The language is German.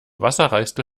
wasserreichste